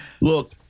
Look